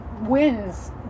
wins